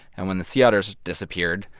and when the sea otters disappeared,